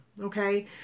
Okay